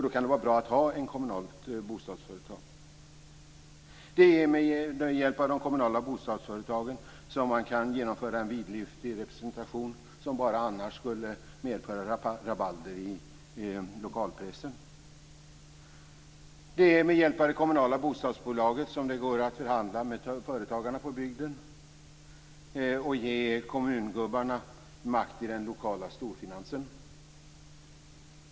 Då kan det vara bra att ha ett kommunalt bostadsföretag. Det är med hjälp av de kommunala bostadsföretagen som man kan genomföra en vidlyftig representation som annars bara skulle medföra rabalder i lokalpressen. Det är med hjälp av det kommunala bostadsbolaget som det går att förhandla med företagarna på bygden och att ge kommungubbarna makt i den lokala storfinansen.